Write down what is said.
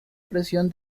prisión